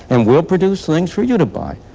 and we'll produce things for you to buy.